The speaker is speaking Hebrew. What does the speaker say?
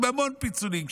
עם המון פיצולים.